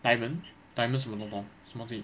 diamond diamond 什么东东什么东西